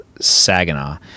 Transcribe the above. Saginaw